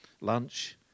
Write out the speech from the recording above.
lunch